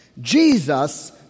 Jesus